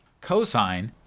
cosine